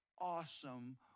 awesome